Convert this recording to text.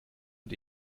und